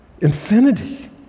infinity